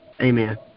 Amen